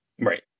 Right